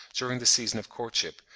during the season of courtship,